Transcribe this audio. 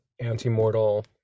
anti-mortal